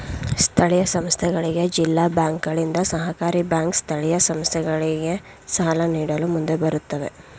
ಸ್ಥಳೀಯ ಸಂಸ್ಥೆಗಳಿಗೆ ಜಿಲ್ಲಾ ಬ್ಯಾಂಕುಗಳಿಂದ, ಸಹಕಾರಿ ಬ್ಯಾಂಕ್ ಸ್ಥಳೀಯ ಸಂಸ್ಥೆಗಳಿಗೆ ಸಾಲ ನೀಡಲು ಮುಂದೆ ಬರುತ್ತವೆ